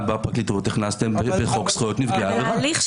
קיימנו דיון